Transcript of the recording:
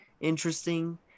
interesting